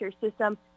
system